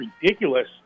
ridiculous